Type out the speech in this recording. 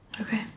Okay